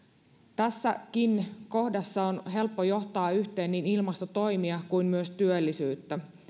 tässäkin kohdassa on helppo johtaa yhteen niin ilmastotoimia kuin myös työllisyyttä